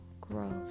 growth